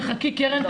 תחכי קרן'.